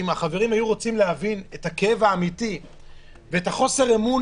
אם החברים היו רוצים להבין את הכאב האמיתי ואת חוסר האמון